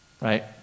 Right